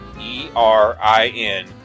E-R-I-N